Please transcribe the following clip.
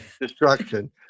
destruction